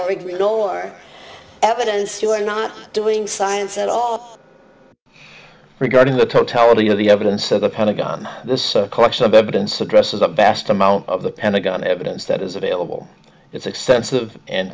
or ignore evidence you are not doing science at all regarding the totality of the evidence of the pentagon this collection of evidence addresses the best amount of the pentagon evidence that is available its extensive and